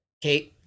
Kate